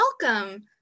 welcome